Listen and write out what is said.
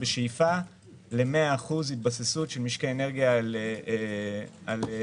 בשאיפה ל-100% התבססות של משקי אנרגיה על אנרגיות